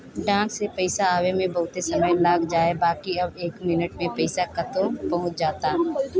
डाक से पईसा आवे में बहुते समय लाग जाए बाकि अब एके मिनट में पईसा कतो पहुंच जाता